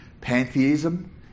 pantheism